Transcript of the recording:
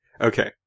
Okay